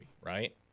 right